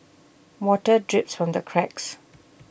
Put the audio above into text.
water drips from the cracks